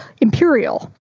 imperial